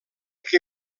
que